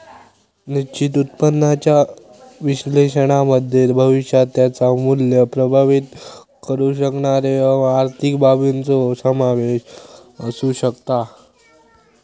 निश्चित उत्पन्नाच्या विश्लेषणामध्ये भविष्यात त्याचा मुल्य प्रभावीत करु शकणारे आर्थिक बाबींचो समावेश असु शकता